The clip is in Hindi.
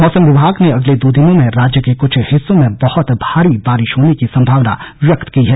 मौसम विभाग ने अगले दो दिनों में राज्य के कुछ हिस्सों में बहुत भारी बारिश होने की संभावना व्यक्त की है